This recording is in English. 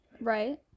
Right